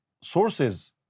sources